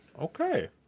okay